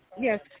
Yes